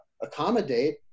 accommodate